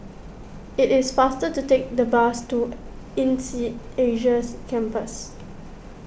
it is faster to take the bus to Insead Asia's Campus